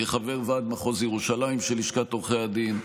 כחבר ועד מחוז ירושלים של לשכת עורכי הדין.